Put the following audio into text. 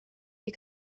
die